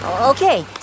okay